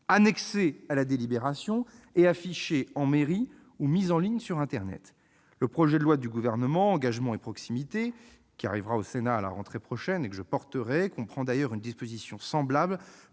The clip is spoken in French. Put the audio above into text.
annexé à la délibération et affiché en mairie ou mis en ligne sur internet. Le projet de loi Engagement et proximité, qui arrivera au Sénat à la rentrée prochaine et que je défendrai, comprend d'ailleurs une disposition semblable